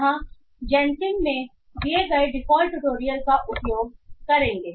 यहां हम जैनसिम में दिए गए डिफ़ॉल्ट ट्यूटोरियल का उपयोग करेंगे